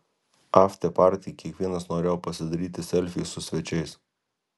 afteparty kiekvienas norėjo pasidaryti selfį su svečiais